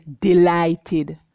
delighted